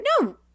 no